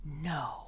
No